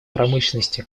промышленности